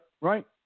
Right